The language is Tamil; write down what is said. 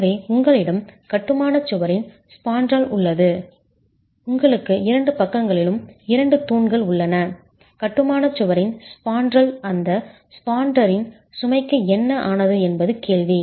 எனவே உங்களிடம் கட்டுமான சுவரின் ஸ்பான்ரல் உள்ளது உங்களுக்கு இரண்டு பக்கங்களிலும் இரண்டு தூண்கள் உள்ளன கட்டுமான சுவரின் ஸ்பான்ரல் அந்த ஸ்பாண்டரின் சுமைக்கு என்ன ஆனது என்பது கேள்வி